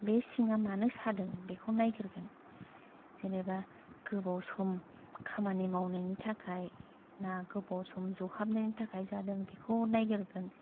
बे सिङा मानो सादों बेखौ नायगोरगोन जेनोबा गोबाव सम खामानि मावनायनि थाखाय ना गोबाव सम ज'हाबनायनि थाखाय जादों बेखौ नायगोरगोन